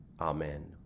amen